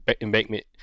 embankment